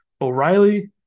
O'Reilly